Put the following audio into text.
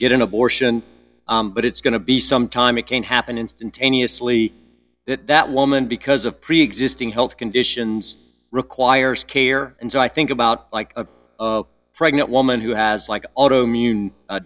get an abortion but it's going to be some time it can happen instantaneously that that woman because of preexisting health conditions requires care and so i think about like a pregnant woman who has like auto immune